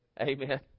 Amen